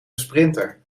sprinter